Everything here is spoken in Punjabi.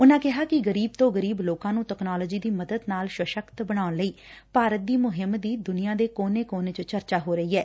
ਉਨਾਂ ਕਿਹਾ ਕਿ ਗਰੀਬ ਤੋਂ ਗਰੀਬ ਲੋਕਾਂ ਨੂੰ ਤਕਨਾਲੋਜੀ ਦੀ ਮਦਦ ਨਾਲ ਸਸਕਤ ਬਣਾਉਣ ਲਈ ਭਾਰਤ ਦੀ ਮੁਹਿੰਮ ਦੀ ਦੁਨੀਆ ਦੇ ਕੋਨੇ ਕੋਨੇ ਚ ਚਰਚਾ ਹੋ ਰਹੀ ਐ